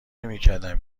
نمیکردم